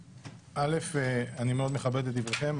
א', אני מאוד מכבד את דבריכם.